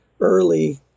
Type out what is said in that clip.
early